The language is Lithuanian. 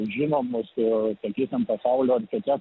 žinomus ir kitiems pasaulio tiems